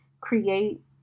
create